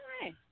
Hi